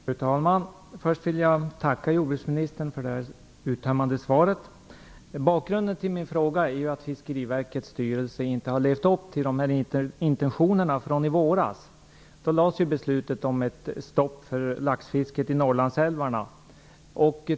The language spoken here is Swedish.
Fru talman! Först vill jag tacka jordbruksministern för det uttömmande svaret. Bakgrunden till min fråga är att Fiskeriverkets styrelse inte har levt upp till intentionerna från i våras. Norrlandsälvarna.